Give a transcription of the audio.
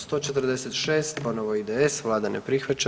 146. ponovo IDS, Vlada ne prihvaća.